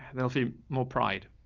and they'll feel more pride.